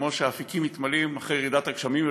כמו שהאפיקים מתמלאים אחרי ירידת הגשמים,